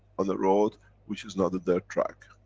on the road which is not a dirt track,